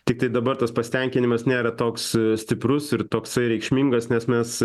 tiktai dabar tas pasitenkinimas nėra toks stiprus ir toksai reikšmingas nes mes